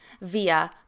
via